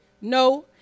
No